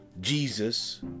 Jesus